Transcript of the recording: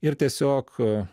ir tiesiog